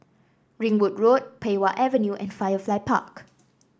Ringwood Road Pei Wah Avenue and Firefly Park